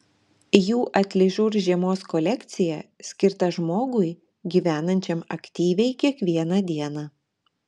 jų atližur žiemos kolekcija skirta žmogui gyvenančiam aktyviai kiekvieną dieną